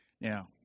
Now